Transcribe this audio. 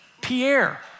Pierre